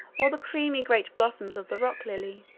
or the creamy great blossoms of the rock lily.